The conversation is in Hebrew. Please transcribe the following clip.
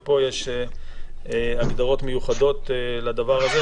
פה יש הגדרות מיוחדות לדבר הזה.